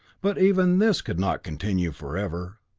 but even this could not continue forever.